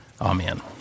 Amen